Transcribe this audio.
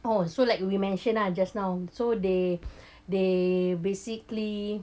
oh so like you you mentioned just now so they they basically